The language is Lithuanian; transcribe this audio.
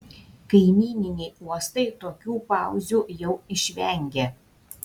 kaimyniniai uostai tokių pauzių jau išvengia